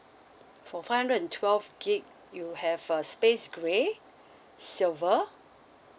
for five hundred and twelve gigabyte you have a space grey silver